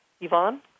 Yvonne